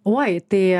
oi tai